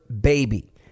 baby